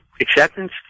acceptance